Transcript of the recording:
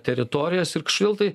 teritorijas ir kažkodėl tai